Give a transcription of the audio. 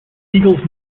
eagles